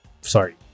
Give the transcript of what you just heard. sorry